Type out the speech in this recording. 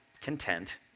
content